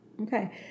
okay